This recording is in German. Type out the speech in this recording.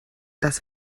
das